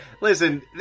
Listen